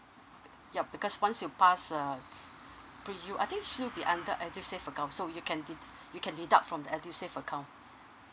yup because once you pass uh pre U I think she'll be under edusave account so you can de~ you can deduct from the edusave account